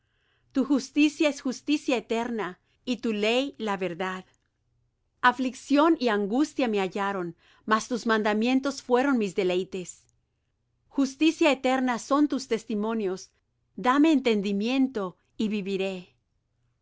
tu justicia es justicia eterna y tu ley la verdad aflicción y angustia me hallaron mas tus mandamientos fueron mis deleites justicia eterna son tus testimonios dame entendimiento y viviré